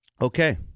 Okay